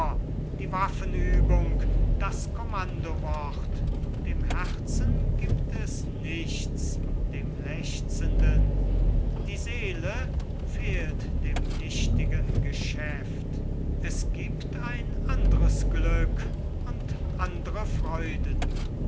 die waffenübung das kommandowort dem herzen gibt es nichts dem lechzenden die seele fehlt dem nichtigen geschäft es gibt ein andres glück und andre freuden